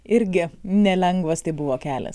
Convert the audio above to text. irgi nelengvas tai buvo kelias